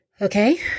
Okay